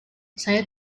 saya